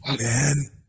Man